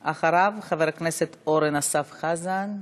אחריו, חבר הכנסת אורן אסף חזן,